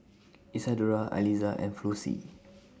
Isadora Aliza and Flossie